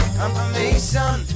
confirmation